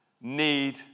need